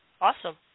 Awesome